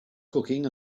cooking